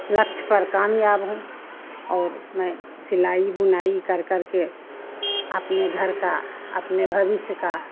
लक्ष्य पर कामयाब हूँ और मैं सिलाई बुनाई कर करके अपने घर का अपने भविष्य का